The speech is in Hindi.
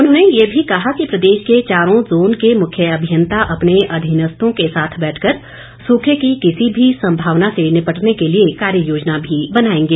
उन्होंने ये भी कहा कि प्रदेश के चारों जोन के मुख्य अभियंता अपने अधिनस्थों के साथ बैठकर सूखे के किसी भी संभावना से निपटने के लिए कार्ये योजना भी बनाएंगे